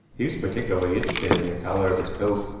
he was particularly interested in the collar of his coat,